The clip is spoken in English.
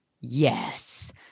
yes